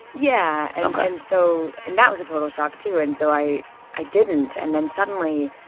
yeah. and kind of so and that was a total shock, too. and so i i didn't. and then suddenly,